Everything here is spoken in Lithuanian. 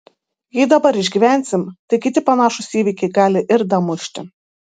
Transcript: jei dabar išgyvensim tai kiti panašūs įvykiai gali ir damušti